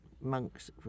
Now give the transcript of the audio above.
monks